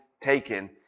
taken